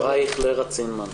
שלום לכולם.